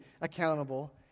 accountable